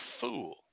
fool